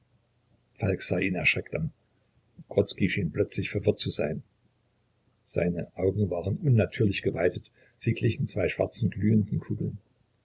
falk sah ihn erschreckt an grodzki schien plötzlich verwirrt zu sein seine augen waren unnatürlich geweitet sie glichen zwei schwarzen glühenden kugeln